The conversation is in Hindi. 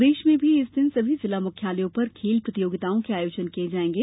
प्रदेश में भी इस दिन सभी जिला मुख्यालयों पर खेल प्रतियोगिताओं के आयोजन किये जायेंगे